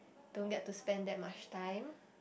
don't get to spend that much time